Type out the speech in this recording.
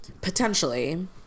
Potentially